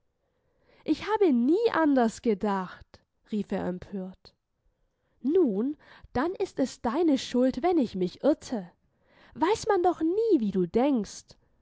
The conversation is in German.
ich habe nie anders gedacht rief er empört nun dann ist es deine schuld wenn ich mich irrte weiß man doch nie wie du denkst